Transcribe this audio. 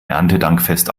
erntedankfest